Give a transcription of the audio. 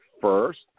first